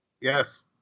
Yes